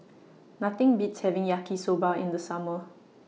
Nothing Beats having Yaki Soba in The Summer